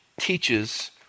teaches